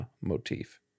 motif